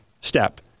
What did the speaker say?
step